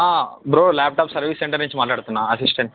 bro laptop service centre నుంచి మాట్లాడుతున్నా assistant